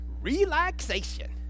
relaxation